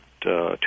two